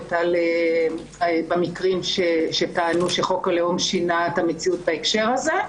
ביקורת במקרים שטענו שחוק הלאום שינה את המציאות בהקשר הזה,